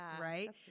right